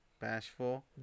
bashful